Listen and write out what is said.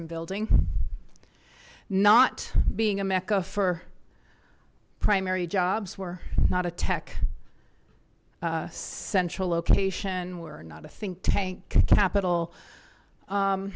and building not being a mecca for primary jobs were not a tech central location were not a think tank capital